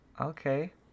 okay